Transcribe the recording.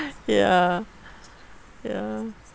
ya ya